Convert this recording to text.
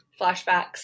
flashbacks